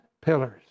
pillars